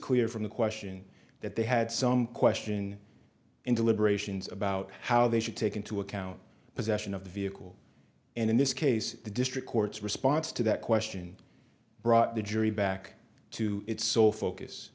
clear from the question that they had some question in deliberations about how they should take into account possession of the vehicle and in this case the district court's response to that question brought the jury back to its sole focus